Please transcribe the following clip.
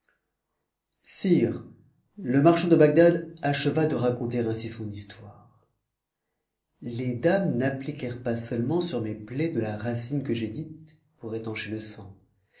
sire le marchand de bagdad acheva de raconter ainsi son histoire les dames n'appliquèrent pas seulement sur mes plaies de la racine que j'ai dite pour étancher le sang